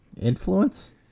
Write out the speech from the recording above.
influence